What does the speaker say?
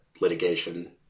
litigation